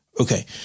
Okay